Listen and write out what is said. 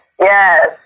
yes